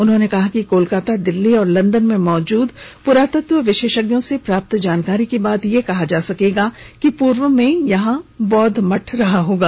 उन्होंने कहा कि कोलकाता दिल्ली और लंदन में मौजूद पुरातत्व विशेषज्ञ से प्राप्त जानकारी के बाद यह कहा जा सकता है कि पूर्व में यह बौद्ध मठ रहा होगा